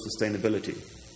Sustainability